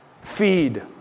Feed